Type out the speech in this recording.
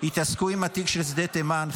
כבר התעסקו עם התיק של שדה תימן?